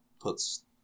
puts